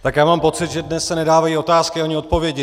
Tak já mám pocit, že dnes se nedávají otázky ani odpovědi.